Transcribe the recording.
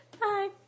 Bye